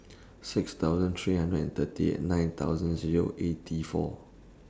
six thousand three hundred and thirty eight nine thousand Zero eighty four